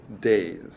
days